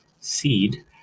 Seed